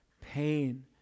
pain